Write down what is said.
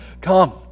come